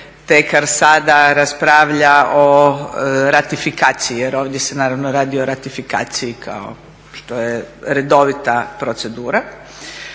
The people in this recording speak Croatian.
tek sada raspravlja o ratifikaciji jer ovdje se naravno radi o ratifikaciji kao što je redovita procedura.